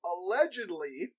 Allegedly